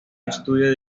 estudio